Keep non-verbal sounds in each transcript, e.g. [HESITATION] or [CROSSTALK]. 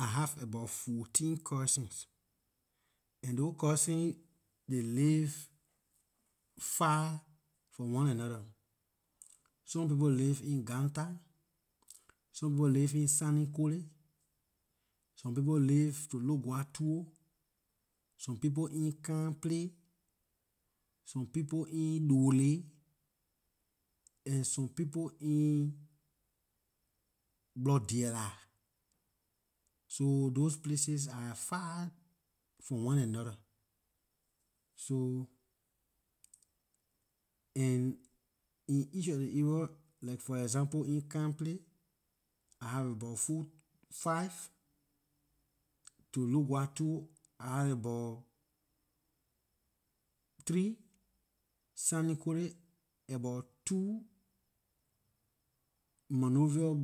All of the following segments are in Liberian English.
I have about fourteen cousins and those cousins they live far from one another some people live in ganta, some people live in sanniquelle some people live to lougatou some people in karnplay some people in dualay and some people in gblodialay so those places are far from one another so and in each of ley area like for example in karnplay I have abor four- five to lougatou I have abor three sanniquelle abor two monrovia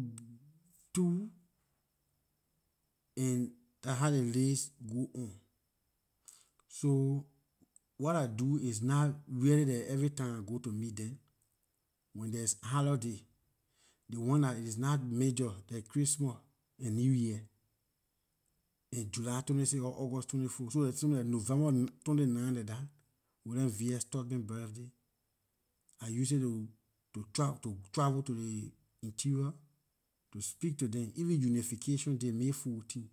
two and dah how ley list go on, so what I do is not really like every time I go to meet them when there's holiday ley one dah is not major like christmas and new year and july twenty- six or august twenty- four [HESITATION] like november twenty- nine like dah william v. S tubman birthday I use it to tra [HESITATION] to travel to ley interior to speak to them even unifications day, may fourteen